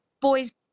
boys